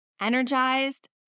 energized